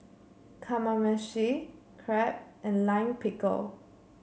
Kamameshi Crepe and Lime Pickle